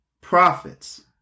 prophets